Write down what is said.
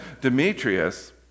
Demetrius